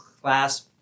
class